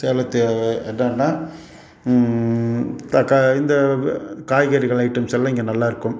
சேலத்து என்னென்னா தக்கா இந்த காய்கறிகள் ஐடெம்ஸெல்லாம் இங்கே நல்லா இருக்கும்